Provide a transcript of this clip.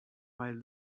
while